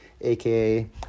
aka